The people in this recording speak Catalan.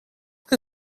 que